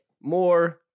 more